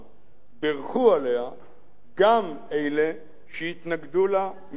בירכו עליה גם אלה שהתנגדו לה מלכתחילה.